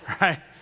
Right